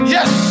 Yes